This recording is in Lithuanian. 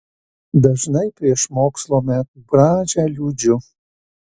dažnai prieš mokslo metų pradžią liūdžiu